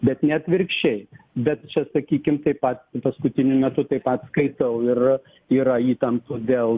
bet ne atvirkščiai bet čia sakykim taip pat paskutiniu metu taip pat skaitau ir yra įtampų dėl